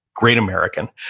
great american,